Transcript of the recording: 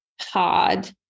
hard